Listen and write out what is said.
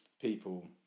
people